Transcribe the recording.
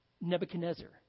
Nebuchadnezzar